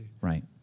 Right